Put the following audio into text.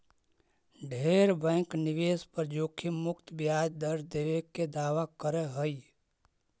ढेर बैंक निवेश पर जोखिम मुक्त ब्याज दर देबे के दावा कर हई